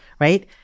right